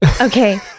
Okay